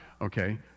okay